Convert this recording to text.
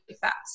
fast